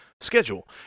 schedule